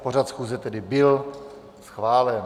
Pořad schůze tedy byl schválen.